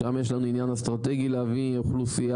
שם יש לנו עניין אסטרטגי להביא אוכלוסייה.